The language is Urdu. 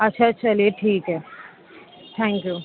اچھا اچھا چلیے ٹھیک ہے تھینک یو